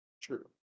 True